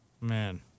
Man